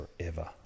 forever